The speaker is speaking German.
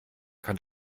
kann